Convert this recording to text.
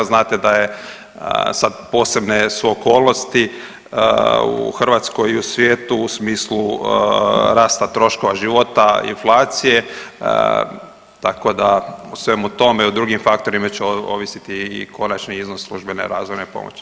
Znate da je sad posebne su okolnosti u Hrvatskoj i u svijetu u smislu rasta troškova života, inflacije tako da o svemu tome i o drugim faktorima će ovisiti i konačni iznos službene razvojne pomoći.